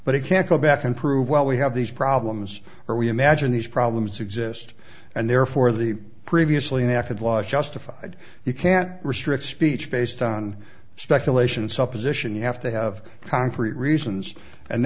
but it can't go back and prove well we have these problems or we imagine these problems exist and therefore the previously an affable justified you can't restrict speech based on speculation supposition you have to have concrete reasons and